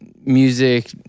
music